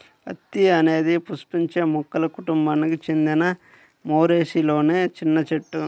అత్తి అనేది పుష్పించే మొక్కల కుటుంబానికి చెందిన మోరేసిలోని చిన్న చెట్టు